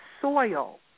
soil